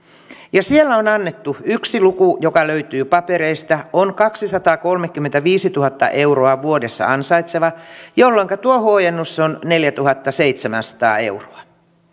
ja siellä on annettu yksi luku joka löytyy papereista joka on kaksisataakolmekymmentäviisituhatta euroa vuodessa ansaitseva jolloinka tuo huojennus on neljätuhattaseitsemänsataa euroa